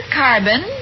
carbon